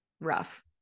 rough